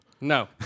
No